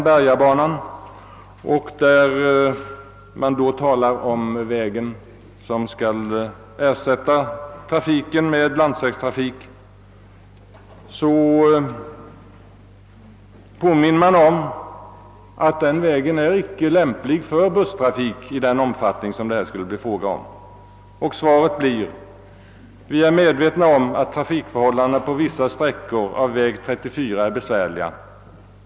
Det påmindes där om att den landsväg som skulle användas för ersättningstrafiken inte lämpar sig för busstrafik i den omfattning som det skulle bli fråga om. Från SJ-håll förklaras enligt artikeln: » Vi är medvetna om att trafikförhållandena på vissa sträckor av väg 34 är besvärliga.